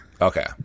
Okay